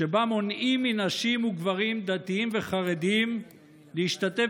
שבה מונעים מנשים וגברים דתיים וחרדים להשתתף